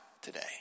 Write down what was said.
today